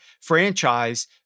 franchise